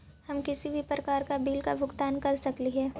हम किसी भी प्रकार का बिल का भुगतान कर सकली हे?